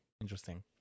interesting